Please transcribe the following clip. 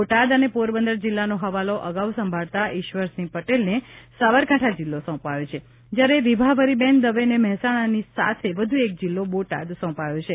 બોટાદ અને પોરબંદર જિલ્લાનો હવાલો અગાઉ સંભાળતા ઇશ્વરસિંહ પટેલને સાબરકાંઠા જિલ્લો સોંપાયો છે જ્યારે વિભાવરીબેન દવેને મહેસાણાની સાથે વધુ એક જિલ્લો બોટાદ સોંપાયો છે